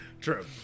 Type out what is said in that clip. True